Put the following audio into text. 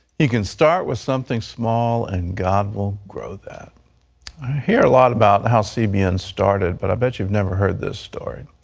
you can start with something small and god will grow that. i hear a lot about how cbn started, but i bet you have never heard this story.